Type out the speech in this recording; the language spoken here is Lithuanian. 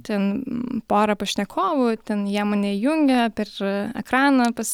ten pora pašnekovų ten jie mane įjungia per ekraną pas